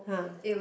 [huh]